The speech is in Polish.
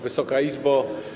Wysoka Izbo!